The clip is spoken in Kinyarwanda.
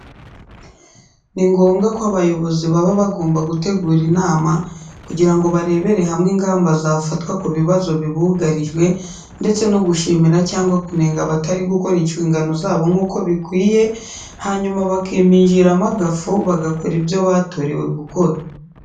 Ni ngombwa ko abayobozi baba bagomba gutegura inama kugira ngo barebere hamwe ingamba zafatwa ku bibazo bibugarijwe ndetse no gushimira cyangwa kunenga abatari gukora inshingano zabo nk'uko bikwiye, hanyuma bakiminjiramo agafu bagakora ibyo batorewe gukora.